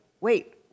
wait